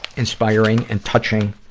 inspiring and touching.